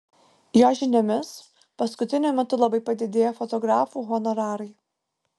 jo žiniomis paskutiniu metu labai padidėjo fotografų honorarai